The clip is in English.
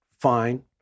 fine